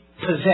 possess